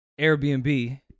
Airbnb